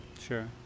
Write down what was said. Sure